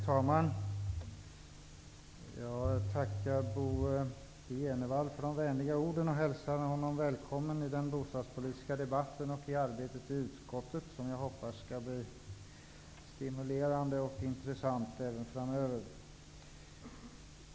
Herr talman! Jag tackar Bo G Jenevall för de vänliga orden och hälsar honom välkommen till den bostadspolitiska debatten och till arbetet i utskottet, som jag hoppas skall bli stimulerande och intressant även framöver.